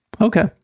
okay